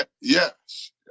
Yes